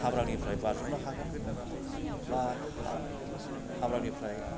हाब्रांनिफ्राय बाज्रुमनो हागोन बा हाब्रांनिफ्राय